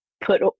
put